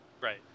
Right